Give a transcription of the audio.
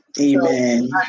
amen